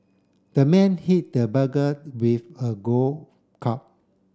the man hit the burglar with a golf club